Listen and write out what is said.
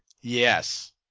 Yes